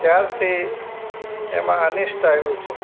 ત્યારથી એમાં અનિષ્ટ આવ્યું છે